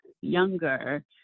younger